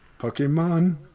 Pokemon